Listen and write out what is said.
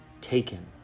taken